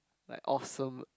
like awesome